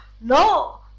No